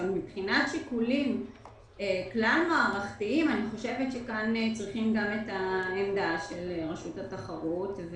לגבי שיקולים כלל מערכתיים צריך את העמדה של רשות התחרות,